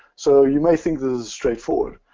so you may think this is straightforward.